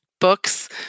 books